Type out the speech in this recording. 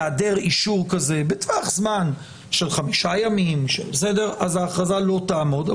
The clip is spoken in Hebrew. בהעדר אישור כזה בטווח זמן של חמישה ימים אז ההכרזה לא תעמוד.